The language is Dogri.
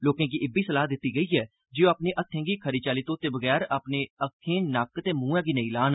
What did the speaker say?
लोकें गी इब्बी सलाह् दित्ती गेई ऐ जे ओह् अपने हत्थें गी खरी चाल्ली घोए बगैर अपने अक्खें नक्क ते मुंहै गी नेई लान